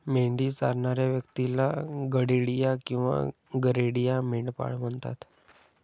मेंढी चरणाऱ्या व्यक्तीला गडेडिया किंवा गरेडिया, मेंढपाळ म्हणतात